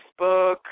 Facebook